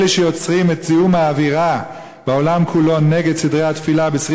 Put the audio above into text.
אלה שיוצרים את זיהום האווירה בעולם כולו נגד סדרי התפילה בשריד